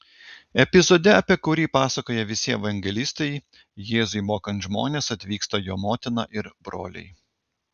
epizode apie kurį pasakoja visi evangelistai jėzui mokant žmones atvyksta jo motina ir broliai